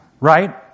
right